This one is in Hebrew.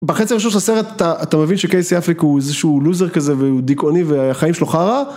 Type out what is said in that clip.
בחצי ראשון של הסרט אתה מבין שקייסי אפליק הוא איזה שהוא לוזר כזה והוא דיכאוני והחיים שלו חרא